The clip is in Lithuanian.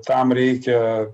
tam reikia